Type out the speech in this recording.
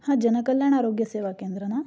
हां जनकल्याण आरोग्य सेवा केंद्र ना